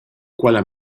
quella